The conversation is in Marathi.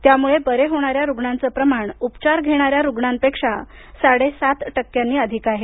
त्यामुळे बरे होणाऱ्या रुग्णाचं प्रमाण उपचार घेणाऱ्या रुग्णांपेक्षा साडेसात टक्क्यांनी अधिक आहे